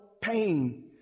pain